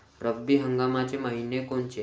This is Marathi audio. रब्बी हंगामाचे मइने कोनचे?